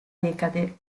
decade